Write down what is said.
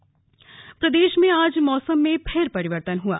मौसम प्रदेश में आज मौसम में फिर परिवर्तन हुआ